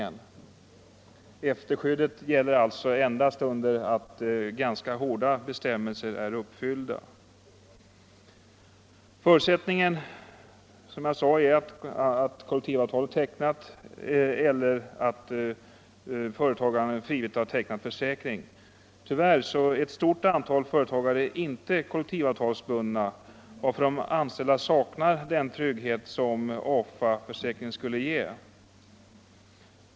Efterlevandeskyddet gäller alltså endast om ganska hårda bestämmelser är uppfyllda. Förutsättningen är, som jag sade, att kollektivavtal är tecknat eller att företagaren har tecknat frivillig försäkring. Tyvärr är ett stort antal företagare inte kollektivavtalsbundna, varför de anställda saknar den trygghet som försäkringen skulle ge.